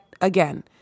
again